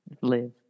live